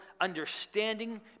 understanding